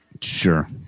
Sure